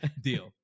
Deal